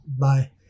bye